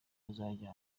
kuzajya